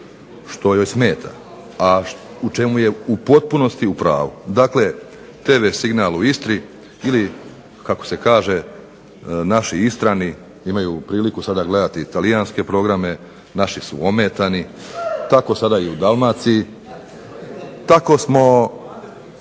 što joj smeta, a u čemu je u potpunosti u pravu. Dakle, tv signal u Istri ili kako se kaže naši Istrani imaju priliku sada gledati talijanske programe, naši su ometani. Tako sada i u Dalmaciji, tako smo